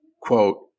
quote